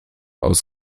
aus